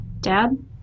Dad